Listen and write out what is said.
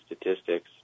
statistics